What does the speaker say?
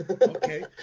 Okay